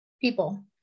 people